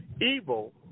evil